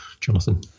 Jonathan